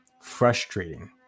frustrating